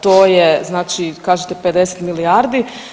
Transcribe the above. To je znači kažete 50 milijardi.